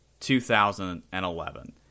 2011